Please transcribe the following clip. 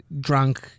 drunk